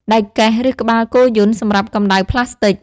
ដែកកេះ ឬក្បាលគោយន្ត សម្រាប់កំដៅផ្លាស្ទិក។